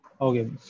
Okay